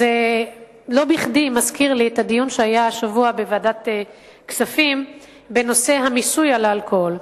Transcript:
לא בכדי זה מזכיר לי את הדיון שהיה השבוע בנושא מיסוי האלכוהול.